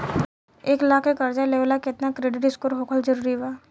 एक लाख के कर्जा लेवेला केतना क्रेडिट स्कोर होखल् जरूरी बा?